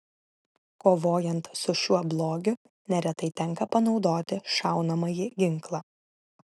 kovojant su šiuo blogiu neretai tenka panaudoti šaunamąjį ginklą